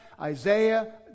Isaiah